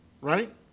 Right